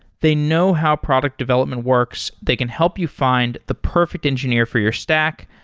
they know how product development works. they can help you find the perfect engineer for your stack,